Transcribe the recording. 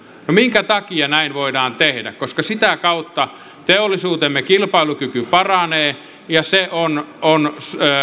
no minkä takia näin voidaan tehdä koska sitä kautta teollisuutemme kilpailukyky paranee ja se on on